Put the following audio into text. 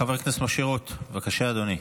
חבר הכנסת משה רוט, בבקשה, אדוני.